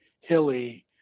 hilly